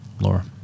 Laura